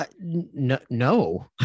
No